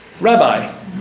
rabbi